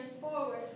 forward